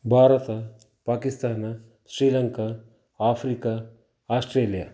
Bharat Pakistan Sri Lanka Africa Australia